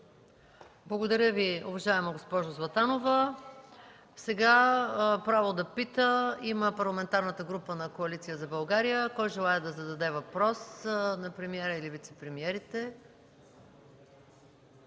Благодаря Ви, уважаема госпожо Златанова. Сега право да пита има Парламентарната група на Коалиция за България. Кой желае да зададе въпрос на премиера или на вицепремиерите?